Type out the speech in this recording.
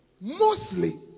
mostly